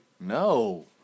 No